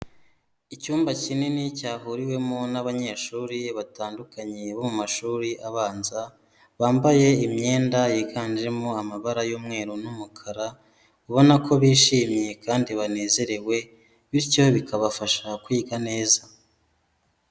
Icyumba kinini cyahuriwemo n'abanyeshuri batandukanye bo mu mashuri abanza, bambaye imyenda yiganjemo amabara y'umweru n'umukara, ubona ko bishimye kandi banezerewe bityo bikabafasha kwiga neza.